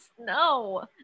no